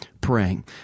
praying